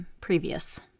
previous